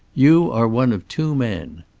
you are one of two men.